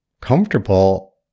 comfortable